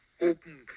open